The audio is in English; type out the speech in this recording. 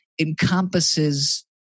encompasses